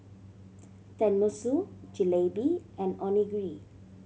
Tenmusu Jalebi and Onigiri